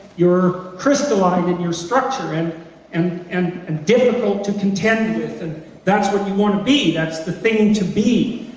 you're crystal lined in your structure and and and and difficult to contend with, and that's what you want to be, that's the thing to be,